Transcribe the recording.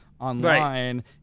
online